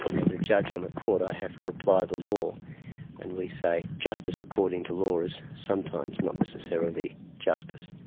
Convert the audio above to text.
as a judge on the court i have to apply the law and we say justice according to law is sometimes not necessarily justice.